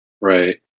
Right